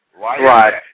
Right